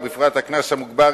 ובפרט הקנס המוגבר,